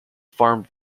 farmed